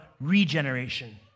regeneration